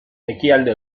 ekialde